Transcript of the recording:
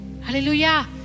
Hallelujah